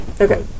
Okay